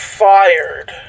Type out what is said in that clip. fired